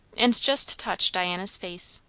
and just touched diana's face,